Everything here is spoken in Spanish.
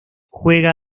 juega